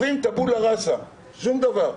אומרים "טאבולה ראסה", שום דבר.